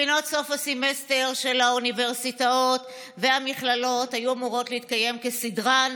בחינות סוף הסמסטר של האוניברסיטאות והמכללות היו אמורות להתקיים כסדרן,